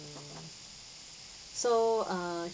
so err